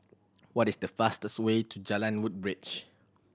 what is the fastest way to Jalan Woodbridge